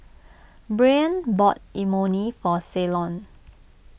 Breann bought Imoni for Ceylon